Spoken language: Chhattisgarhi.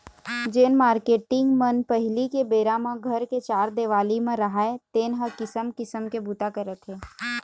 जेन मारकेटिंग मन पहिली के बेरा म घर के चार देवाली म राहय तेन ह किसम किसम के बूता करत हे